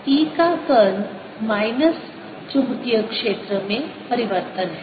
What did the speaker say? E का curl minus चुंबकीय क्षेत्र में परिवर्तन है